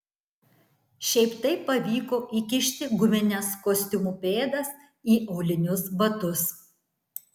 šiaip taip pavyko įkišti gumines kostiumų pėdas į aulinius batus